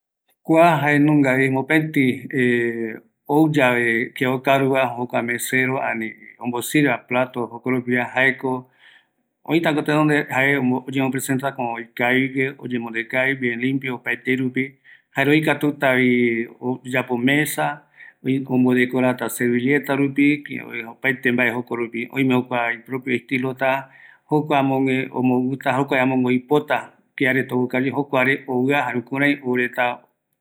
Kuape jaeko mopetï tembiurenda jeja, jaeko oikatuta oyangareko ouguere, iyembonde rupi, iporomboete rupi, okaru vareta oyerovia reve okarureta vaera jokope